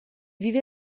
vive